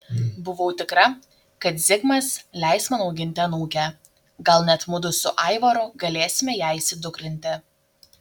buvau tikra kad zigmas leis man auginti anūkę gal net mudu su aivaru galėsime ją įsidukrinti